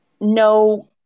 no